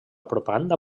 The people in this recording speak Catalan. propaganda